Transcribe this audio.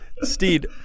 steed